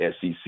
SEC